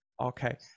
okay